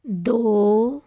ਦੋ